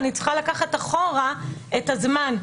אני צריכה לקחת אחורה את הזמן.